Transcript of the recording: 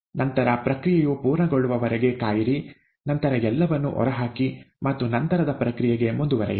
ನಂತರ ಪ್ರಕ್ರಿಯೆಯು ಪೂರ್ಣಗೊಳ್ಳುವವರೆಗೆ ಕಾಯಿರಿ ನಂತರ ಎಲ್ಲವನ್ನೂ ಹೊರಹಾಕಿ ಮತ್ತು ನಂತರದ ಪ್ರಕ್ರಿಯೆಗೆ ಮುಂದುವರಿಯಿರಿ